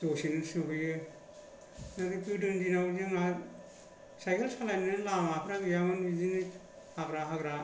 दसेनो सहैयो आरो गोदोनि दिनाव जोहा साइकेल सालायनोनो लामाफ्रा गैयामोन बिदिनो हाग्रा हाग्रा